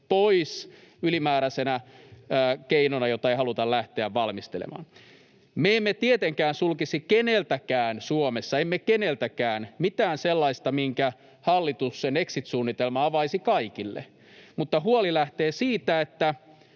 pois ylimääräisenä keinona, jota ei haluta lähteä valmistelemaan? Me emme tietenkään sulkisi keneltäkään Suomessa — emme keneltäkään — mitään sellaista, minkä hallituksen exit-suunnitelma avaisi kaikille, mutta huoli lähtee siitä, että